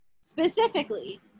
specifically